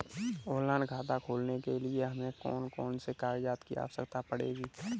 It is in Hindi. ऑनलाइन खाता खोलने के लिए हमें कौन कौन से कागजात की आवश्यकता पड़ेगी?